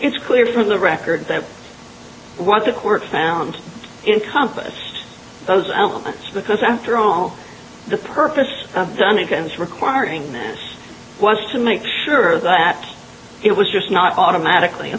it's clear from the record that what the court found encompassed those elements because after all the purpose done against requiring this was to make sure that it was just not automatically